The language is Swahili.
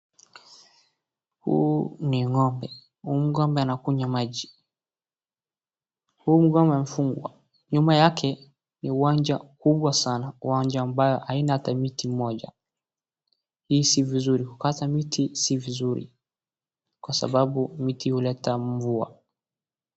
Huu ni ng'ombe. Ng'ombe anakunywa maji. Huu ng'ombe amefungwa. Nyuma yake ni uwanja mkubwa sana. Uwanja ambayo haina hata miti ata mmoja. Hii si vizuri, kukata miti si vizuri, kwa sababu miti huleta mvua.